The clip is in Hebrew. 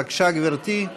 בבקשה, גברתי.